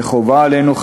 וחובה עלינו,